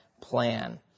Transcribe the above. plan